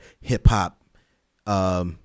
hip-hop